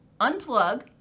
unplug